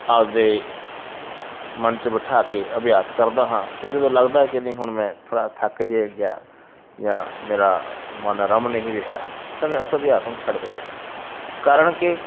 ਆਪਣੇ ਮਨ 'ਚ ਬਿਠਾ ਕੇ ਅਭਿਆਸ ਕਰਦਾ ਹਾਂ ਅਤੇ ਜਦੋਂ ਲੱਗਦਾ ਕਿ ਨਹੀਂ ਹੁਣ ਮੈਂ ਥੋੜ੍ਹਾ ਥੱਕ ਜਿਹਾ ਗਿਆ ਜਾਂ ਮੇਰਾ ਮਨ ਰਮ ਨਹੀਂ ਰਿਹਾ ਤਾਂ ਮੈਂ ਉਸ ਅਭਿਆਸ ਨੂੰ ਛੱਡ ਦਿੰਦਾ ਕਾਰਣ ਕਿ